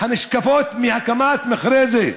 הנשקפות מהקמת מכרה זה.